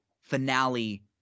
Finale